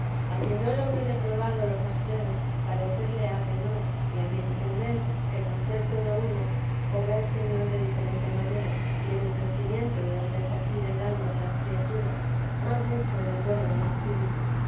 a quien no lo hubiere probado lo postrero parecerle ha que no y a mi parecer que con ser todo uno obra el señor de diferente manera y en el crecimiento del desasir el alma de las criaturas más mucho en el vuelo del espíritu